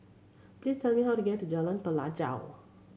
please tell me how to get to Jalan Pelajau